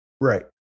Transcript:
Right